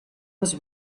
was